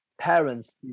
parents